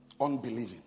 unbelieving